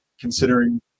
considering